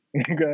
okay